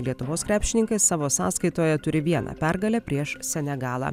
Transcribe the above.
lietuvos krepšininkai savo sąskaitoje turi vieną pergalę prieš senegalą